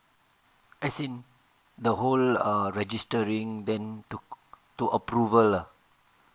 as in the whole err registering then to to approval lah